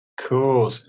Cool